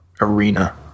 Arena